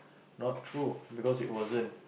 not true because it wasn't